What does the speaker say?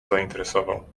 zainteresował